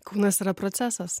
kūnas yra procesas